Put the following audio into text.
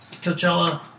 Coachella